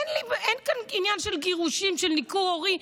אין כאן עניין של גירושים, של ניכור הורי.